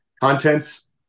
contents